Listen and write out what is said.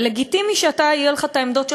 לגיטימי שיהיו לך העמדות שלך.